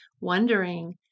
wondering